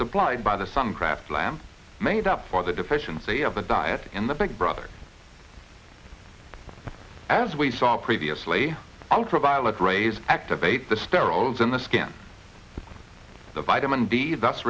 supplied by the sun craft lamps made up for the deficiency of the diety in the big brother as we saw previously ultraviolet rays activate the sterols in the skin the vitamin d that's